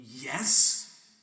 Yes